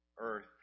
earth